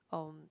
um